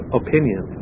opinion